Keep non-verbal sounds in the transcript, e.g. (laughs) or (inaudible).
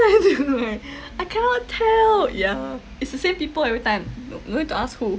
(laughs) I cannot tell yeah it's the same people every time no no need to ask who